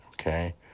okay